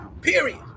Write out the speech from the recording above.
Period